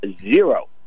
zero